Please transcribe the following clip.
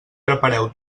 prepareu